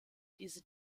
diese